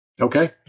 Okay